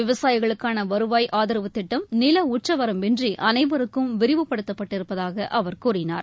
விவசாயிகளுக்கான வருவாய் ஆதரவு திட்டம் நில உச்சவரம்பின்றி அனைவருக்கும் விரிவுபடுத்தப்பட்டிருப்பதாக அவர் கூறினார்